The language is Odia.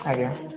ଆଜ୍ଞା